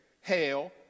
hail